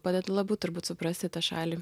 padeda labiau turbūt suprasite tą šalį